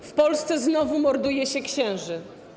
W Polsce znowu morduje się księży.